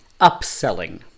Upselling